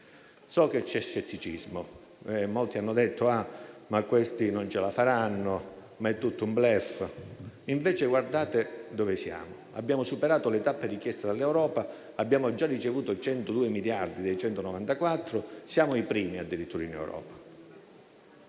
So che c'è scetticismo: molti hanno detto che non ce la faremo e che è tutto un *bluff*, invece guardate dove siamo; abbiamo superato le tappe richieste dall'Europa, abbiamo già ricevuto 102 miliardi dei 194 previsti e siamo addirittura i primi